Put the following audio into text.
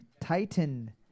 Titan